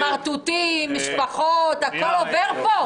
סמרטוטים, משפחות הכול עובר פה?